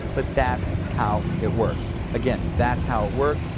but that's how it works. again that's how it works.